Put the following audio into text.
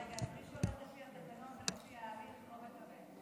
אז רגע, מי שהולך לפי התקנות ולפי ההליך לא מקבל.